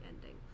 ending